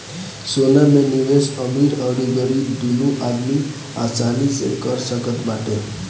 सोना में निवेश अमीर अउरी गरीब दूनो आदमी आसानी से कर सकत बाटे